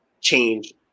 change